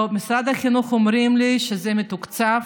במשרד החינוך אומרים לי שזה מתוקצב,